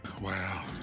Wow